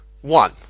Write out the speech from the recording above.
one